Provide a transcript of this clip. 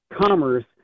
commerce